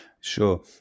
Sure